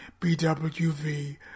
BWV